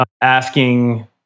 asking